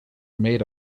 made